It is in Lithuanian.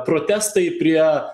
protestai prie